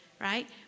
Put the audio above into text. right